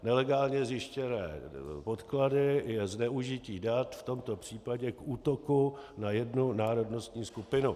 Nelegálně zjištěné podklady je zneužití dat, v tomto případě k útoku na jednu národnostní skupinu.